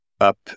up